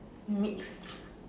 mixed